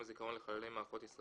לכבאות והצלה (אגרות ותשלומים בעד שירותים),